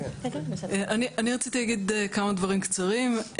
אני רציתי להגיד כמה דברים קצרים,